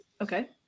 okay